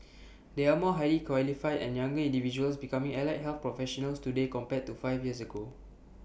there are more highly qualified and younger individuals becoming allied health professionals today compared to five years ago